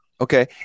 Okay